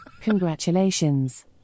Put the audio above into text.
Congratulations